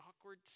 awkward